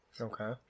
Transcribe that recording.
Okay